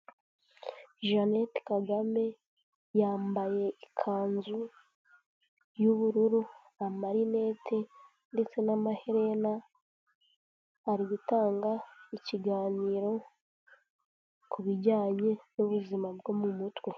Jeannette Kagame yambaye ikanzu y'ubururu, amarinete ndetse n'amaherena, ari gutanga ikiganiro ku bijyanye n'ubuzima bwo mu mutwe.